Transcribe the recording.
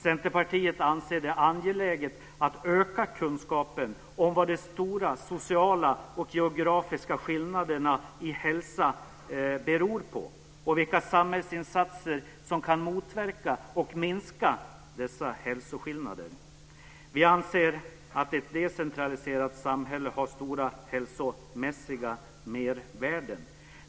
Centerpartiet anser det angeläget att öka kunskapen om vad de stora sociala och geografiska skillnaderna i hälsa beror på och vilka samhällsinsatser som kan motverka och minska dessa hälsoskillnader. Vi anser att ett decentraliserat samhälle har stora hälsomässiga mervärden.